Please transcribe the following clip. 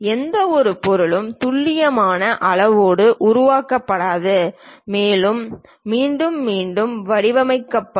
எந்தவொரு பொருளும் துல்லியமான அளவோடு உருவாக்கப்படாது மேலும் மீண்டும் மீண்டும் வடிவமைக்கப்படும்